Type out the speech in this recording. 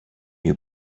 you